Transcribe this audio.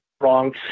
wrong